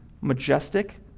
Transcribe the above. majestic